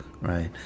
right